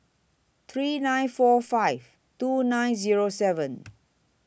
three nine four five two nine Zero seven